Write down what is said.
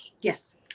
Yes